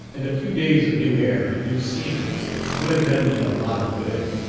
and a few days of new air and new scenes would have done me a lot of good.